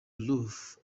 roof